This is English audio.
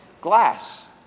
glass